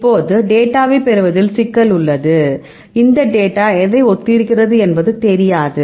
இப்போது டேட்டாவைப் பெறுவதில் சிக்கல் உள்ளது இந்த டேட்டா எதை ஒத்திருக்கிறது என்பது தெரியாது